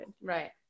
right